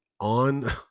on